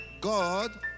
God